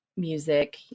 music